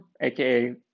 aka